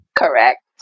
correct